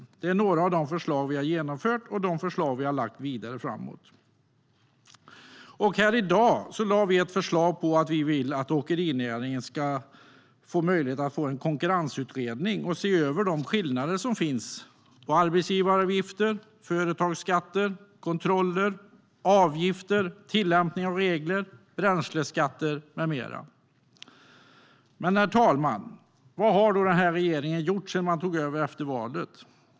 Detta var några av de förslag som vi har genomfört och som vi har lagt fram för att komma vidare med framöver. I dag har vi lagt fram ett förslag om att vi vill att åkerinäringen ska få möjlighet att få en konkurrensutredning som ser över de skillnader som finns i arbetsgivaravgifter, företagsskatter, kontroller, avgifter, tillämpning av regler, bränsleskatter med mera. Herr talman! Vad har regeringen gjort sedan man tog över efter valet?